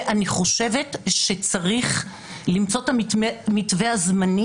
ואני חושבת שצריך למצוא את המתווה הזמני,